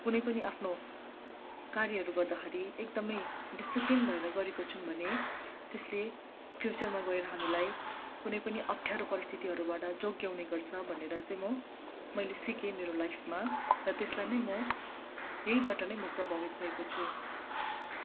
कुनै पनि आफ्नो कार्यहरू गर्दाखेरि एकदमै डिसिप्लिन भएर गरेको छौँ भने त्यसले फ्युचरमा गएर हामीलाई कुनै पनि अप्ठ्यारो परिस्थितिहरूबाट जोगाउने गर्छ भनेर चाहिँ म मैले सिकेँ मेरो लाइफमा र त्यसलाई नै म यहीबाट नै म प्रभावित भएको छु